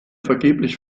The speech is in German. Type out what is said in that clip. vergeblich